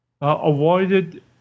avoided